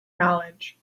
knowledge